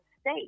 state